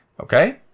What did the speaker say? Okay